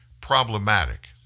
problematic